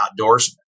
outdoorsman